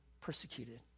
persecuted